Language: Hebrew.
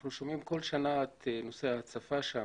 אנחנו שומעים כל שנה את נושא ההצפה שם.